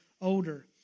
older